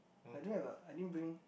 I don't have a I didn't bring